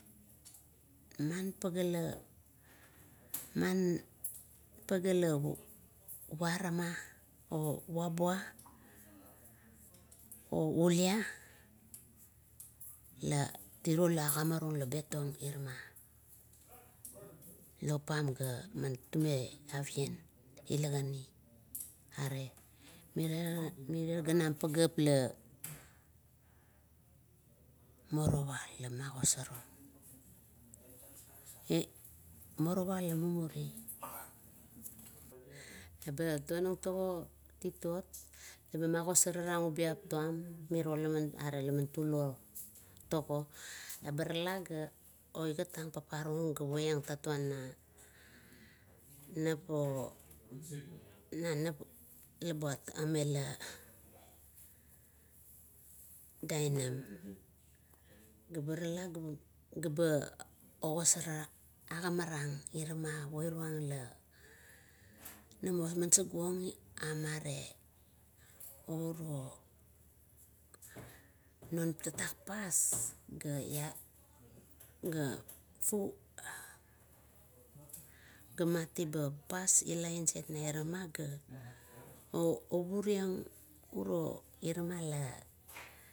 Man pagea la, pagea la varama ovabua oulia, tiro la agimarung la betong irama, lop pam ga tume askim ila gani, are mirier ganam pageap la morowa lamagosor ong. morowa la mumuri eba tonang tago titot eba gagosara ubiap tuam miro, are laman tulo tago. Eba rala ga oigat tang paparung ga poiang tatuan na nepo, na nep la buat mela dainam. Ga barala gameng ga ogosarang, agimarang irama a poi ruang, namo man saguong amare uro tatak pas ga, gamatiba pas la ila nai irama ga